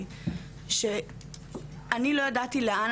עברה עליי שנה וחצי מאוד מאוד קשה,